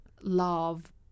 love